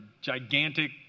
gigantic